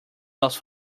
sauce